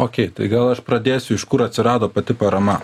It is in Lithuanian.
okei tai gal aš pradėsiu iš kur atsirado pati parama